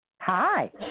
Hi